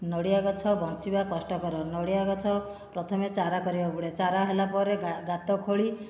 ନଡ଼ିଆ ଗଛ ବଞ୍ଚିବା କଷ୍ଟକର ନଡ଼ିଆ ଗଛ ପ୍ରଥମେ ଚାରା କରିବାକୁ ପଡ଼ିବ ଚାରା ହେଲା ପରେ ଗାତ ଖୋଳି